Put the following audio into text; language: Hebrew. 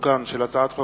הצעת חוק